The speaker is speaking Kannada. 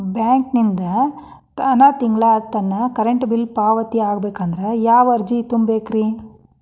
ಬ್ಯಾಂಕಿಂದ ತಾನ ತಿಂಗಳಾ ನನ್ನ ಕರೆಂಟ್ ಬಿಲ್ ಪಾವತಿ ಆಗ್ಬೇಕಂದ್ರ ಯಾವ ಅರ್ಜಿ ತುಂಬೇಕ್ರಿ?